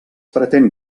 pretén